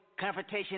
confrontation